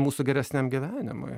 mūsų geresniam gyvenimui